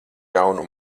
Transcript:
jaunu